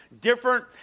different